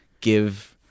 give